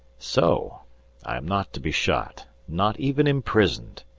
so i am not to be shot! not even imprisoned!